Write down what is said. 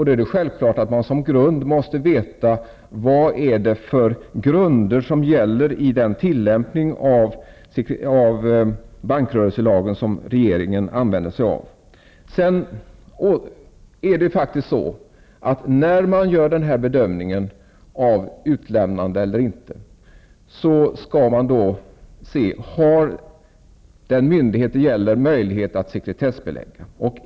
Då är det självklart att man måste veta vad det är för grunder som gäller i regeringens tillämpning av bankrörelselagen. När man gör en bedömning av utlämnande eller inte, skall man se om den myndighet det gäller har möjlighet att sekretessbelägga uppgifter.